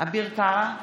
אביר קארה,